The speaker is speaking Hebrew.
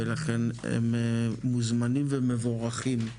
ולכן הם מוזמנים ומבורכים.